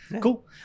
Cool